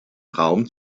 raum